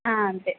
అంతే